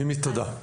מימי תודה,